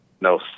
no